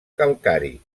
calcari